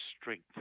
strength